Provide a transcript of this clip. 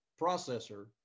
processor